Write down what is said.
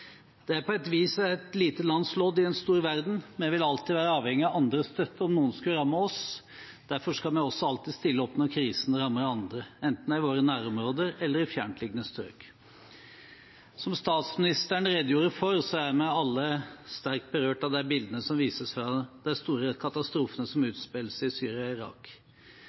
Det er på et vis et lite lands lodd i en stor verden. Vi vil alltid være avhengig av andres støtte om noe skulle ramme oss, derfor skal vi også alltid stille opp når krisen rammer andre, enten det er i våre nærområder eller det er i fjerntliggende strøk. Som statsministeren redegjorde for, er vi alle sterkt berørt av de bildene som vises fra de store katastrofene som utspiller seg i Syria og Irak.